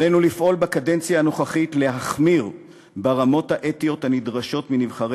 עלינו לפעול בקדנציה הנוכחית להחמרת הרמות האתיות הנדרשות מנבחרי